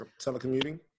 telecommuting